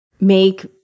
make